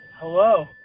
Hello